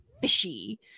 fishy